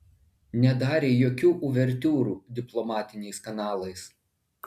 nedarė jokių uvertiūrų diplomatiniais kanalais